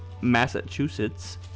Massachusetts